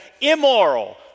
immoral